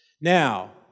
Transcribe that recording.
Now